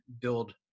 build